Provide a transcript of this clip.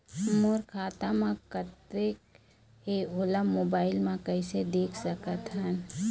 मोर खाता म कतेक हे ओला मोबाइल म कइसे देख सकत हन?